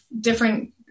different